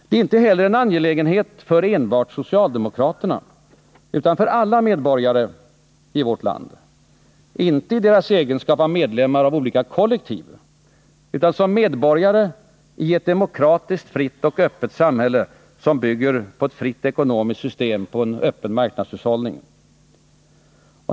Det är inte heller en angelägenhet för enbart socialdemokraterna utan för alla medborgare i vårt land, inte i deras egenskap av medlemmar av olika kollektiv utan som medborgare i ett demokratiskt, fritt och öppet samhälle, som bygger på ett fritt ekonomiskt system och på en öppen marknadshushållning.